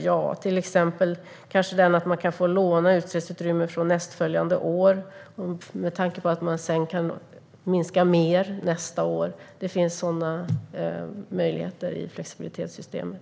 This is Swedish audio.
Ja, kanske den att man kan få låna utsläppsutrymme från nästföljande år, för att man alltså ska minska mer nästa år. Det finns sådana möjligheter i flexibilitetssystemet.